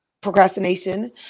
Procrastination